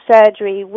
surgery